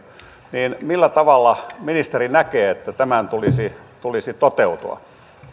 millä tavalla ministeri näkee että tämän tulisi toteutua